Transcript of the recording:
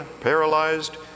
paralyzed